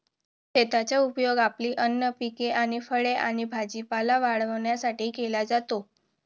शेताचा उपयोग आपली अन्न पिके आणि फळे आणि भाजीपाला वाढवण्यासाठी केला जातो